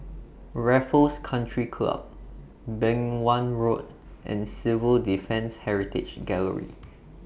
Raffles Country Club Beng Wan Road and Civil Defence Heritage Gallery